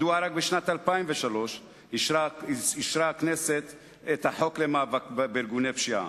מדוע רק בשנת 2003 אישרה הכנסת את החוק למאבק בארגוני פשיעה,